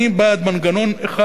אני בעד מנגנון אחד,